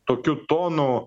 tokiu tonu